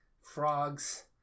Frogs